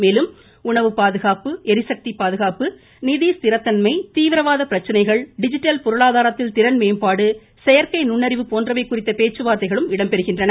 மேலும் உணவுப்பாதுகாப்பு ளிசக்தி பாதுகாப்பு நிதி ஸ்திரத்தன்மை தீவிரவாத பிரச்சனைகள் டிஜிட்டல் பொருளாதாரத்தில் திறன்மேம்பாடு செயற்கை நுண்ணறிவு போன்றவை குறித்த பேச்சுவார்த்தைகளும் இடம்பெறுகின்றன